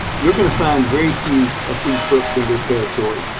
you're gonna find very few of these books in your territory,